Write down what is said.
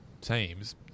teams